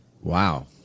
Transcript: Wow